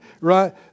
Right